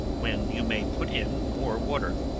when you may put in more water.